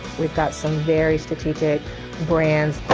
we've got some very strategic brands.